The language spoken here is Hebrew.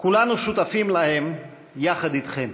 כולנו שותפים להם יחד איתכם.